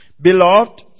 Beloved